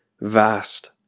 vast